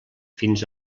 fins